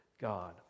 God